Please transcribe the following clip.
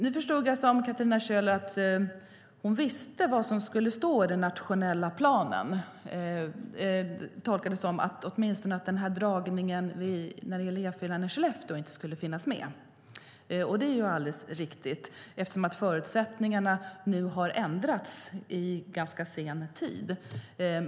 Nu förstod jag av Katarina Köhler att hon visste vad som skulle stå i den nationella planen och att hon tolkat den som att dragningen av E4:an i Skellefteå inte skulle finnas med. Det är alldeles riktigt, eftersom förutsättningarna har ändrats ganska sent.